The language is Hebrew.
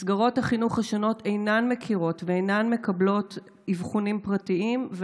מסגרות החינוך השונות אינן מכירות ואינן מקבלות אבחונים פרטיים.